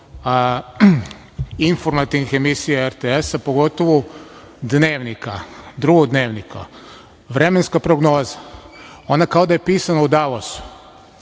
informativnih emisija RTS-a, pogotovo Drugog dnevnika. Vremenska prognoza kao da je pisana u Davosu,